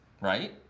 right